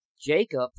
Jacob